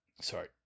sorry